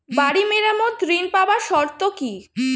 বাড়ি মেরামত ঋন পাবার শর্ত কি?